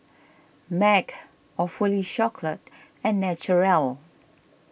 Mag Awfully and Naturel